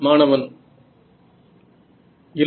மாணவன் இல்லை